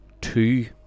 two